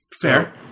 Fair